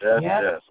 yes